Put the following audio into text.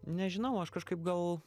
nežinau aš kažkaip gal